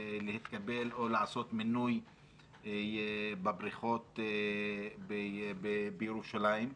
להתקבל או לעשות מינוי בבריכות בירושלים.